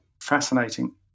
fascinating